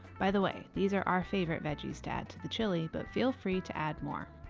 by the way, these are our favorite veggies to add to the chili, but feel free to add more!